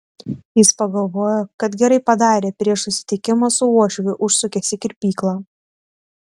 jis pagalvojo kad gerai padarė prieš susitikimą su uošviu užsukęs į kirpyklą